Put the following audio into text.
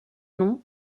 nom